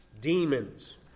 demons